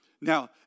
Now